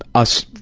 us